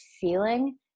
feeling